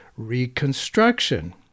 reconstruction